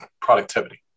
productivity